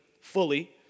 fully